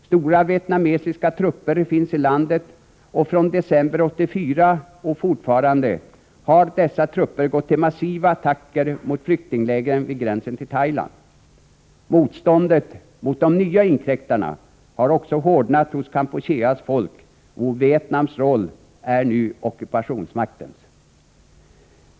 Stora vietnamesiska trupper finns i landet, och från december 1984 och fortfarande har dessa trupper gått till massiva attacker mot flyktinglägren vid gränsen till Thailand. Motståndet mot de nya inkräktarna har också hårdnat hos Kampucheas folk, och Vietnams roll är nu ockupationsmaktens.